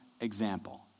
example